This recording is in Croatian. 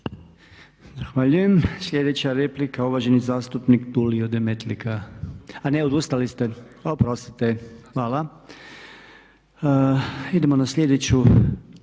Hvala.